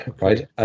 right